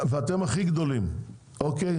אתם הכי גדולים אוקיי?